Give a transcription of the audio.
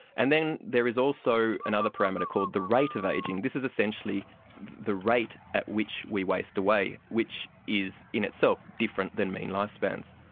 and then there is also another parameter called the rate of ageing. this is essentially the rate at which we waste away, which is in itself, different than mean life spans.